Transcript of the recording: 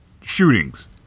Shootings